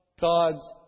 God's